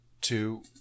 two